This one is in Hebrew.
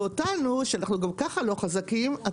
ואותנו שאנחנו גם ככה לא חזקים,